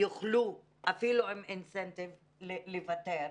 יוכלו אפילו עם אינסנטיב לוותר.